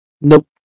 Nope